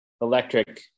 electric